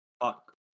Fuck